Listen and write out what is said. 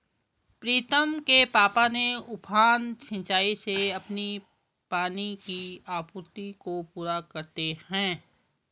प्रीतम के पापा ने उफान सिंचाई से अपनी पानी की आपूर्ति को पूरा करते हैं